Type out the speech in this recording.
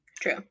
True